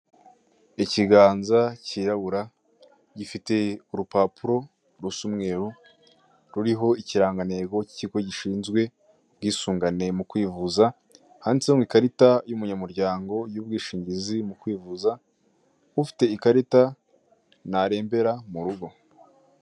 Ikigaza kirabura gifite urupapuro rusa umweru ruriho ikirangantego k'ikigo gishinzwe, ubwisungane mu kwivuza, handitseho ngo, ikarita y'umunyamuryango y'ubwishizi mu kwivuza, ufite iyi karita ntarembera mu rugo.